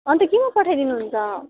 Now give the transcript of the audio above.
अन्त केमा पठाइदिनुहुन्छ